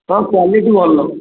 ହଁ କ୍ୱାଲିଟି ଭଲ